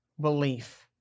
belief